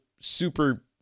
Super